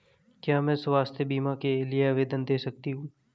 क्या मैं स्वास्थ्य बीमा के लिए आवेदन दे सकती हूँ?